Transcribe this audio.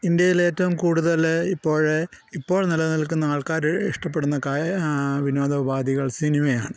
ഇന്ത്യയിൽ ഏറ്റവും കൂടുതൽ ഇപ്പോഴ് ഇപ്പോൾ നില നിൽക്കുന്ന ആൾക്കാർ ഇഷ്ടപ്പെടുന്ന വിനോദ ഉപാധികൾ സിനിമയാണ്